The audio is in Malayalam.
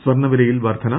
സ്വർണ വിലയിൽ വർദ്ധന